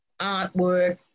artwork